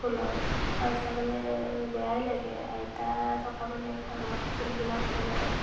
ফুলৰ মানে বেয়াই লাগে আইতা থকা মানে ঘৰত ফুলবিলাক মানে